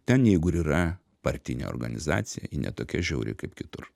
ten jeigu ir yra partinė organizacija ji ne tokia žiauri kaip kitur